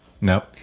Nope